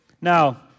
Now